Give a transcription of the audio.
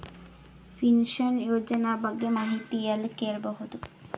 Pension ಯೋಜನ ಬಗ್ಗೆ ಮಾಹಿತಿ ಎಲ್ಲ ಕೇಳಬಹುದು?